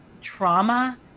trauma